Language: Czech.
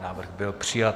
Návrh byl přijat.